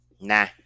Nah